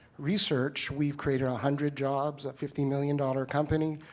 research, we've created a hundred jobs a fifty million dollar company,